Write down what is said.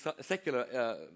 secular